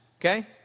Okay